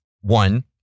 one